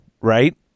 right